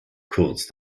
kurz